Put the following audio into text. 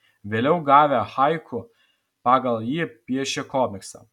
vėliau gavę haiku pagal jį piešė komiksą